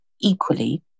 equally